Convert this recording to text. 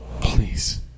please